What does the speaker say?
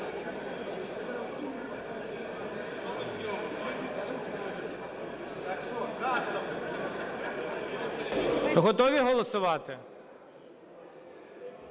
Готові голосувати?